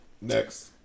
next